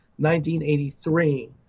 1983